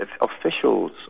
officials